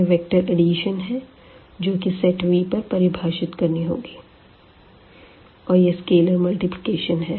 यह vector addition है जो की सेट V पर परिभाषित करनी होगी और यह स्केलर मल्टीप्लिकेशन है